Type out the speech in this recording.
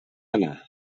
anar